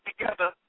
together